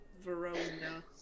Verona